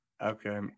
Okay